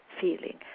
feeling